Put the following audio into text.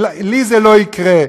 לי זה לא יקרה.